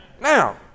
now